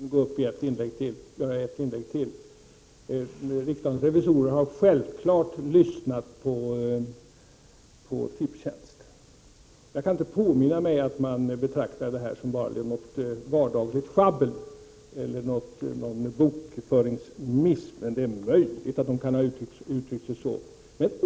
Herr talman! Jag måste tydligen göra ett inlägg till. Riksdagens revisorer har självfallet lyssnat på Tipstjänst. Jag kan inte påminna mig att man betraktade detta som bara något vardagligt schabbel eller någon bokföringsmiss, men det är möjligt att man kan ha uttryckt sig så.